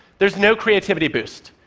there's no creativity boost.